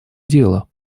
дело